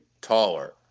taller